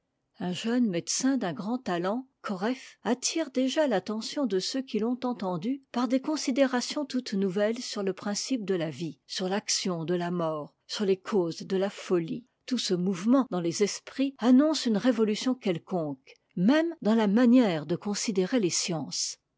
un jeune médecin d'un grand talent koreff attire déjà l'attention de ceux qui l'ont entendu par des considérations toutes nouvelles sur le principe de la vie sur l'action de la mort sur les causes de la folie tout ce mouvement dans les esprits annonce une révolution quelconque même dans la manière de considérer les sciences